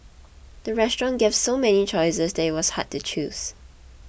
the restaurant gave so many choices that it was hard to choose